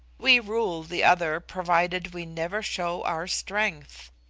we rule the other provided we never show our strength.